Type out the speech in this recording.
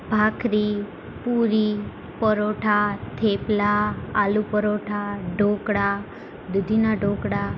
ભાખરી પૂરી પરોઠા થેપલાં આલુ પરોઠા ઢોકળાં દૂધીનાં ઢોકળાં